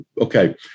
okay